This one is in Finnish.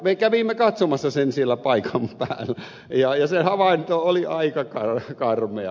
me kävimme katsomassa sen siellä paikan päällä ja se havainto oli aika karmea